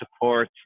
support